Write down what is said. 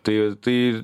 tai tai